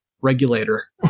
regulator